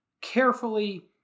carefully